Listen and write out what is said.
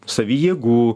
savy jėgų